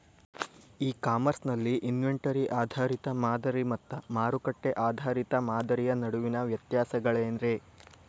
E commerce ನಲ್ಲಿ inventory ಆಧಾರಿತ ಮಾದರಿ ಮತ್ತ ಮಾರುಕಟ್ಟೆ ಆಧಾರಿತ ಮಾದರಿಯ ನಡುವಿನ ವ್ಯತ್ಯಾಸಗಳೇನ ರೇ?